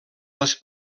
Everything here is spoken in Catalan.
les